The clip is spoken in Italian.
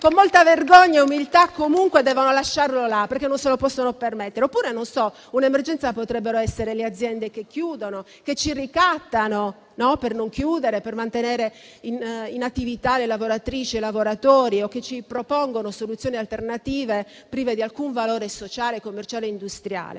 con molta vergogna e umiltà comunque devono lasciarlo là, perché non se lo possono permettere. Oppure un'emergenza potrebbero essere le aziende che chiudono, che ci ricattano per non chiudere, per mantenere in attività le lavoratrici e i lavoratori o che ci propongono soluzioni alternative prive di alcun valore sociale, commerciale e industriale.